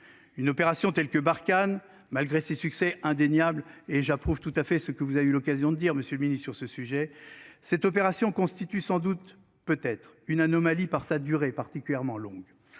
Une opération telle que Barkhane malgré ses succès indéniable et j'approuve tout à fait ce que vous avez eu l'occasion de dire, Monsieur le Ministre, sur ce sujet. Cette opération constitue sans doute peut être une anomalie par sa durée particulièrement longue